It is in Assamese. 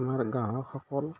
আমাৰ গ্ৰাহকসকল